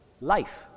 life